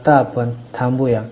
आता आपण थांबूया